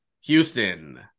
Houston